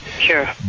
Sure